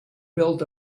built